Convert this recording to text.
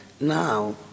now